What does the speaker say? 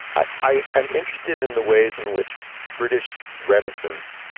i i am interested in the ways in which british reticence